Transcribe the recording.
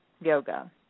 yoga